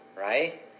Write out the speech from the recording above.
right